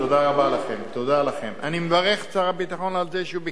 אני מברך את שר הביטחון, רבותי, תודה על העזרה.